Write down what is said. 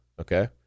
Okay